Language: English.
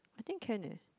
I think can eh